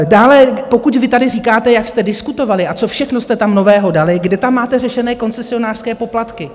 Dále, pokud vy tady říkáte, jak jste diskutovali a co všechno jste tam nového dali, kde tam máte řešené koncesionářské poplatky?